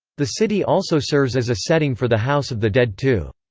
the city also serves as a setting for the house of the dead two.